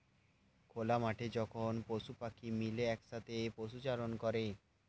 খোলা মাঠে যখন পশু প্রাণী মিলে একসাথে পশুচারণ করে